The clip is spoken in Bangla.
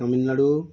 তামিলনাড়ু